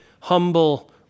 humble